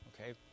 okay